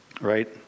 right